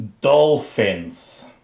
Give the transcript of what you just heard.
dolphins